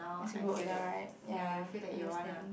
I should go on direct ya understand